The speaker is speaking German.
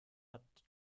hat